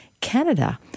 Canada